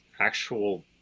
actual